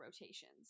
rotations